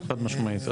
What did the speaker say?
חד משמעית.